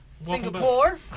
Singapore